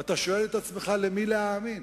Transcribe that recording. ואתה שואל את עצמך למי להאמין.